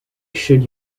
should